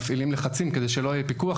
כדי שלא יהיה פיקוח.